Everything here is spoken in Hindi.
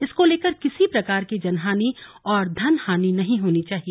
इसको लेकर किसी प्रकार की जनहानि और धन हानि नहीं होनी चाहिए